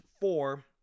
four